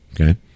Okay